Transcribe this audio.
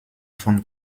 von